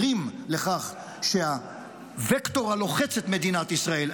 לכך שהווקטור הלוחץ את מדינת ישראל,